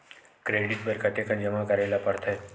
Credit बर कतेकन जमा करे ल पड़थे?